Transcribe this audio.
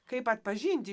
kaip atpažinti